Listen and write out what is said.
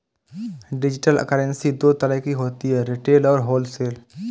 digital currency दो तरह की होती है रिटेल और होलसेल